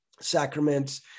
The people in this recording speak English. sacraments